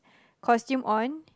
costume on